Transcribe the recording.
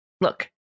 look